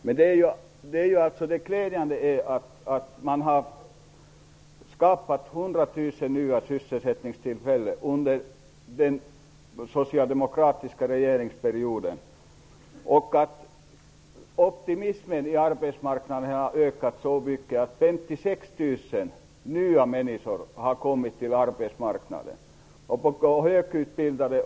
Men det glädjande är att 100 000 nya sysselsättningstillfällen har skapats under den socialdemokratiska regeringsperioden och att optimismen på arbetsmarknaden har ökat så mycket att 56 000 människor för första gången fått inträde på arbetsmarknaden.